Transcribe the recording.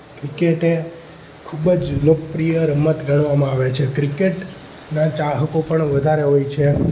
cricket એ ખૂબ જ લોકપ્રિય રમત ગણવામાં આવે છે ક્રિકેટ ના ચાહકો પણ વધારે હોય છે